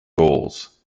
goals